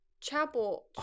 chapel